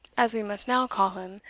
as we must now call him,